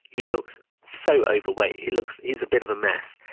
he looks so overweight he looks is a bit of a mess.